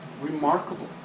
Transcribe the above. Remarkable